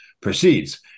proceeds